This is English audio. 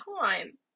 time